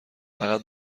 فقط